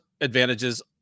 advantages